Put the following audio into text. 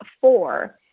four